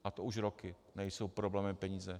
A to už roky nejsou problémem peníze.